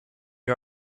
you